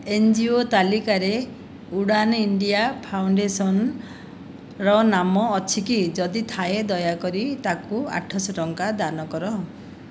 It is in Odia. ଏନ୍ ଜି ଓ ତାଲିକାରେ ଉଡ଼ାନ୍ ଇଣ୍ଡିଆ ଫାଉଣ୍ଡେସନ୍ର ନାମ ଅଛି କି ଯଦି ଥାଏ ଦୟାକରି ତାକୁ ଆଠଶହ ଟଙ୍କା ଦାନ କର